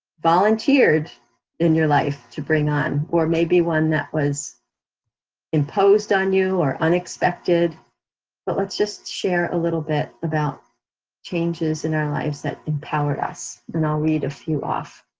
volunteered in your life to bring on, or maybe one that was imposed on you, or unexpected but let's just share a little bit about changes in our lives that empowered us, and i'll read a few off.